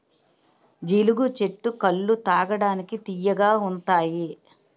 జీలుగు చెట్టు కల్లు తాగడానికి తియ్యగా ఉంతాయి